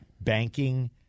Banking